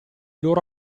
loro